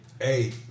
Hey